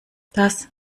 das